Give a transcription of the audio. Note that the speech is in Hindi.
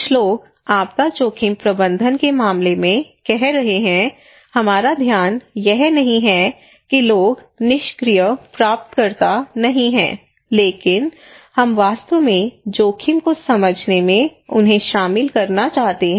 कुछ लोग आपदा जोखिम प्रबंधन के मामले में कह रहे हैं हमारा ध्यान यह नहीं है कि लोग निष्क्रिय प्राप्तकर्ता नहीं हैं लेकिन हम वास्तव में जोखिम को समझने में उन्हें शामिल करना चाहते हैं